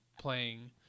playing